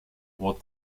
what